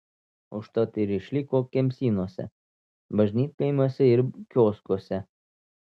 užtat ir išliko kemsynuose bažnytkaimiuose ir kioskuose